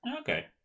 Okay